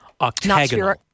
Octagonal